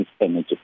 energy